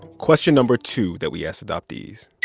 question number two that we asked adoptees,